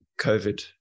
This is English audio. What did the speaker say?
COVID